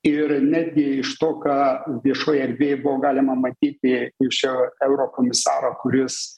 ir netgi iš to ką viešoj erdvėj buvo galima matyti iš šio eurokomisaro kuris